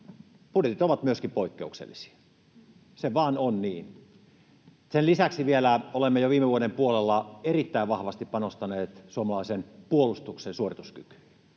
Budjetit ovat myöskin poikkeuksellisia, se vain on niin. Sen lisäksi vielä olemme jo viime vuoden puolella erittäin vahvasti panostaneet suomalaisen puolustuksen suorituskykyyn.